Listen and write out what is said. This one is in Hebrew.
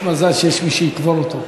יש מזל שיש מי שיקבור אותו.